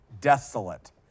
desolate